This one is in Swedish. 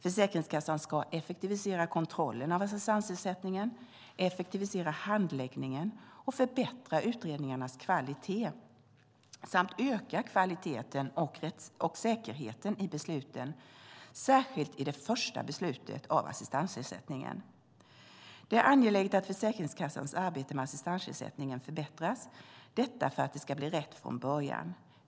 Försäkringskassan ska effektivisera kontrollen av assistansersättningen, effektivisera handläggningen och förbättra utredningarnas kvalitet samt öka kvaliteten och säkerheten i besluten, särskilt i det första beslutet om assistansersättning. Det är angeläget att Försäkringskassans arbete med assistansersättningen förbättras. Detta för att det ska bli rätt från början.